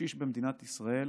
לקשיש במדינת ישראל